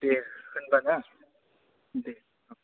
दे होनबा ना दे औ